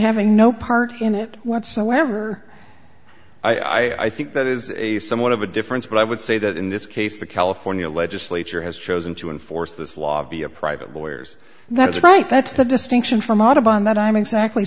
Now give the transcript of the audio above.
having no part in it whatsoever i think that is somewhat of a difference but i would say that in this case the california legislature has chosen to enforce this law be a private lawyers that's right that's the distinction from audubon that i'm exactly